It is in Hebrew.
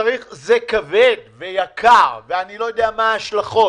זה כבד ויקר ואני לא יודע מה ההשלכות.